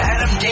Adam